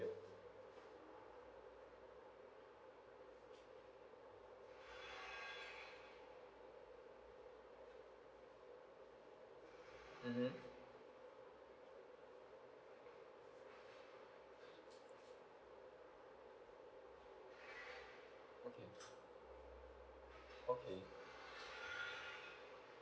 mm okay okay